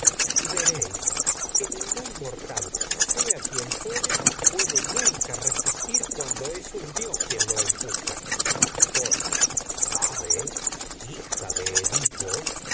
considerad veréis que ningún mor tal dios sea quien fuere puede nunca resistir cuando es un quien lo empuja coro de ti lo sabe hija de edipo